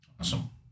Awesome